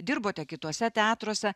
dirbote kituose teatruose